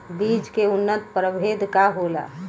बीज के उन्नत प्रभेद का होला?